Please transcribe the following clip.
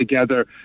together